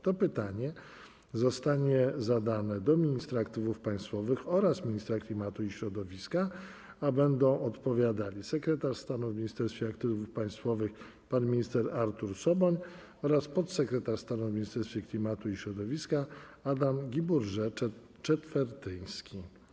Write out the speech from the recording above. To pytanie zostanie zadane ministrowi aktywów państwowych oraz ministrowi klimatu i środowiska, a będą odpowiadali sekretarz stanu w Ministerstwie Aktywów Państwowych Artur Soboń oraz podsekretarz stanu w Ministerstwie Klimatu i Środowiska Adam Guibourgé-Czetwertyński.